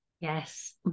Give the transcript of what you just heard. Yes